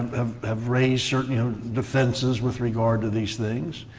have have raised certain you know defenses with regard to these things.